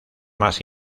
más